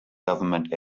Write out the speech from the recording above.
government